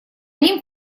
ним